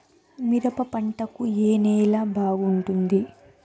మిరప పంట కు ఏ నేల బాగుంటుంది?